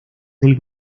del